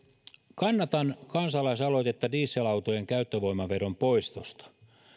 kannatan kansalaisaloitetta dieselautojen käyttövoimaveron poistosta